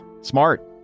smart